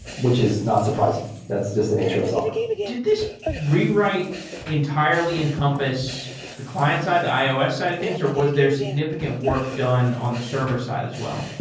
which is not surprising. that's just the nature of software did this rewrite entirely encompass the client-side, the ios side of things or was there significant work done on the server side as well?